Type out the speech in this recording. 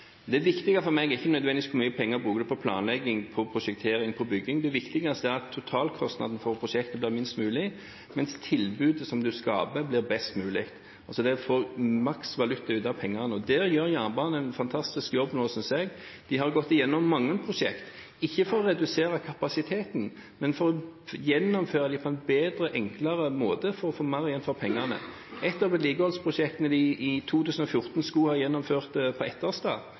Det viktige for meg er ikke nødvendigvis hvor mye penger man bruker på planlegging, prosjektering og bygging. Det viktigste er at totalkostnaden for prosjektet blir minst mulig, mens tilbudet en skaper, blir best mulig – det å få maks valuta for pengene. Der gjør jernbanen en fantastisk jobb nå, synes jeg. De har gått gjennom mange prosjekter, ikke for å redusere kapasiteten, men for å gjennomføre dem på en bedre og enklere måte for å få mer igjen for pengene. Et av vedlikeholdsprosjektene de i 2014 skulle ha gjennomført på Etterstad